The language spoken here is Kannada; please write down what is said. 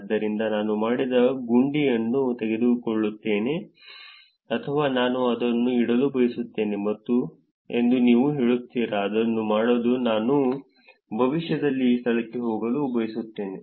ಆದ್ದರಿಂದ ನಾನು ಮಾಡಿದ ಗುಂಡಿಯನ್ನು ತೆಗೆದುಕೊಳ್ಳುತ್ತೇನೆ ಅಥವಾ ನಾನು ಅದನ್ನು ಇಡಲು ಬಯಸುತ್ತೇನೆ ಎಂದು ನೀವು ಹೇಳುತ್ತೀರಾ ಅದನ್ನು ಮಾಡಲು ನಾನು ಭವಿಷ್ಯದಲ್ಲಿ ಈ ಸ್ಥಳಕ್ಕೆ ಹೋಗಲು ಬಯಸುತ್ತೇನೆ